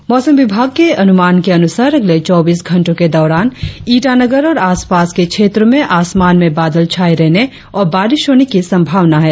और अब मौसम मौसम विभाग के अनुमान के अनुसार अगले चौबीस घंटो के दौरान ईटानगर और आसपास के क्षेत्रो में आसमान में बादल छाये रहने और बारिश होने की संभावना है